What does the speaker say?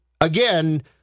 again